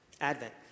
Advent